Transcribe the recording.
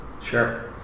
Sure